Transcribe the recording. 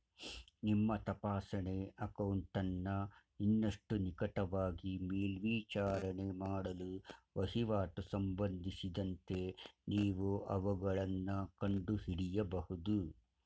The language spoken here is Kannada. ನಿಮ್ಮ ತಪಾಸಣೆ ಅಕೌಂಟನ್ನ ಇನ್ನಷ್ಟು ನಿಕಟವಾಗಿ ಮೇಲ್ವಿಚಾರಣೆ ಮಾಡಲು ವಹಿವಾಟು ಸಂಬಂಧಿಸಿದಂತೆ ನೀವು ಅವುಗಳನ್ನ ಕಂಡುಹಿಡಿಯಬಹುದು